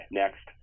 next